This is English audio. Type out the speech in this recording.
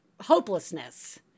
hopelessness